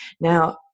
Now